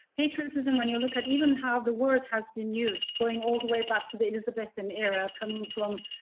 patriotism, when you look at even how the word has been used, going all the way back to the elizabethan era, coming from,